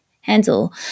handle